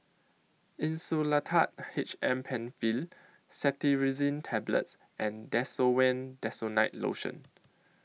Insulatard H M PenFill Cetirizine Tablets and Desowen Desonide Lotion